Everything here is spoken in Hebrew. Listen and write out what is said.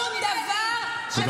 לא בשום דבר, תודה רבה.